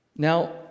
Now